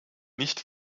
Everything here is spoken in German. nicht